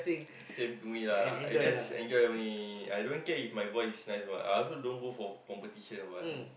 same to me lah I just enjoy only I don't care if my voice is nice what I also don't go for competition or what